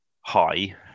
high